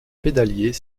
pédalier